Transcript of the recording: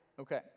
Okay